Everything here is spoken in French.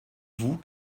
vous